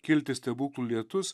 kilti stebuklų lietus